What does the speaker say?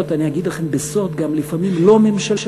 להיות, אני אגיד לכם בסוד: גם לפעמים לא ממשלתיים.